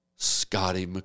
Scotty